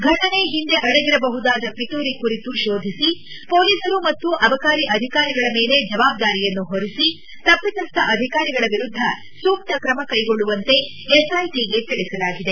ಘಟನೆ ಹಿಂದೆ ಅಡಗಿರಬಹುದಾದ ಪಿತೂರಿ ಕುರಿತು ಶೋಧಿಸಿ ಪೋಲಿಸರು ಮತ್ತು ಅಬಕಾರಿ ಅಧಿಕಾರಗಳ ಮೇಲೆ ಜವಾಬ್ದಾರಿಯನ್ನು ಹೊರಿಸಿ ತಪ್ಪಿತಸ್ಹ ಅಧಿಕಾರಿಗಳ ವಿರುದ್ದ ಸೂಕ್ತ ಕ್ರಮ ಕೈಗೊಳ್ಳುವಂತೆ ಎಸ್ಐಟಗೆ ತಿಳಿಸಲಾಗಿದೆ